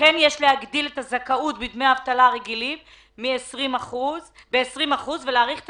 לכן יש להגדיל את הזכאות לדמי אבטלה רגילים ב-20% ולהאריך את